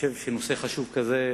נושא חשוב כזה,